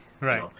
right